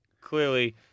clearly